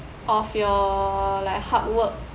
of your like hard work